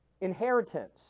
inheritance